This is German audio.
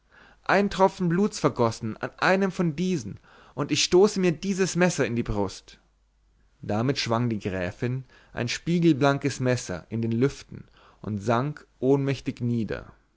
ein tropfen bluts vergossen an einem von diesen und ich stoße mir dieses messer in die brust damit schwang die gräfin ein spiegelblankes messer in den lüften und sank ohnmächtig nieder